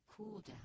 cooldown